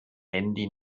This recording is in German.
handy